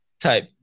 Type